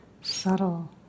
subtle